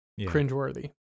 cringeworthy